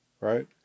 Right